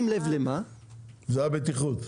זה עניין הבטיחות.